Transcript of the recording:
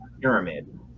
pyramid